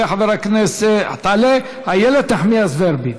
תעלה איילת נחמיאס ורבין.